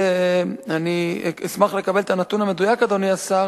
אני אשמח לקבל את הנתון המדויק, אדוני השר